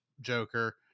joker